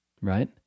Right